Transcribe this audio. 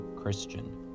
Christian